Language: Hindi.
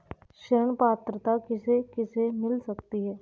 ऋण पात्रता किसे किसे मिल सकती है?